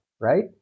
right